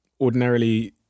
Ordinarily